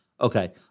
Okay